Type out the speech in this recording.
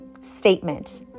statement